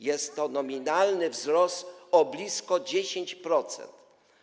Jest to nominalny wzrost o blisko 10%.